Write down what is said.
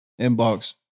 inbox